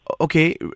Okay